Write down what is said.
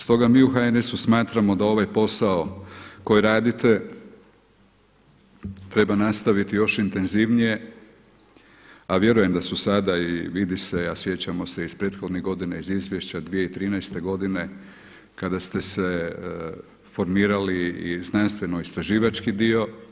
Stoga mi u HNS-u smatramo da ovaj posao koji radite treba nastaviti još intenzivnije, a vjerujem da su sada i vidi se, a sjećamo se iz prethodnih godina, iz izvješća 2013. godine kada ste se formirali i znanstveno istraživački dio.